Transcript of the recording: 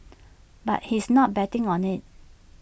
but he's not betting on IT